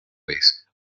vez